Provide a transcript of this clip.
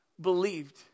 believed